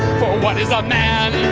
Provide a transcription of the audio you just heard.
for what is a man?